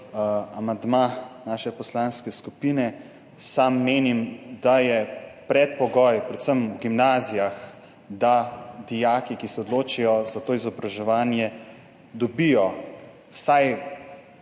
amandma naše poslanske skupine. Menim, da je predpogoj, predvsem na gimnazijah, da dijaki, ki se odločijo za to izobraževanje, dobijo vsaj